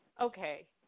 okay